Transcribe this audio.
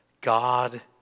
God